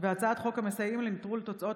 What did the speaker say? הצעת חוק המסייעים לנטרול תוצאות